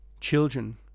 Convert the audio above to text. children